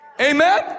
Amen